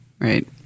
right